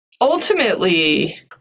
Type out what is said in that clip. ultimately